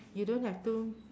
you don't have two